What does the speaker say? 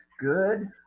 good